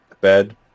bed